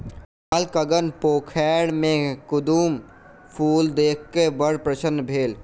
बालकगण पोखैर में कुमुद फूल देख क बड़ प्रसन्न भेल